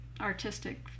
artistic